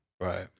Right